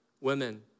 women